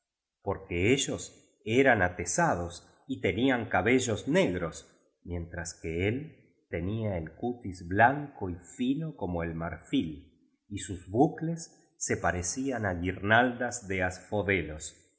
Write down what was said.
porque ellos eran atezados y tenían cabellos ne gros mientras que el tenía el cutis blanco y fino como el mar fil y sus bucles se parecían á guirnaldas de